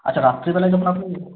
আচ্ছা রাত্রিবেলায় যখন আপনি